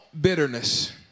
bitterness